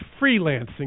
freelancing